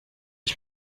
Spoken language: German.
ich